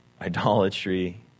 idolatry